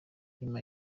nyuma